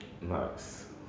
nice